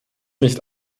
nicht